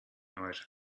night